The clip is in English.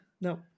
no